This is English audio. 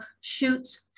shoots